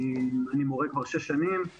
אני מורה כבר שש שנים,